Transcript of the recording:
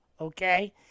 okay